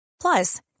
Plus